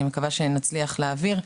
אני מקווה שנצליח להעביר,